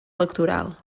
electoral